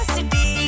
City